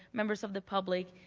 members of the public,